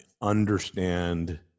understand